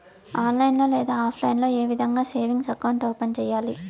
online లో లేదా offline లో ఏ విధంగా సేవింగ్ అకౌంట్ ఓపెన్ సేయాలి